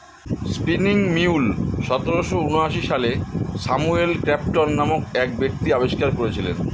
spinning mule সতেরোশো ঊনআশি সালে স্যামুয়েল ক্রম্পটন নামক এক ব্যক্তি আবিষ্কার করেছিলেন